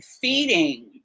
feeding